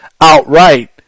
outright